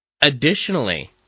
Additionally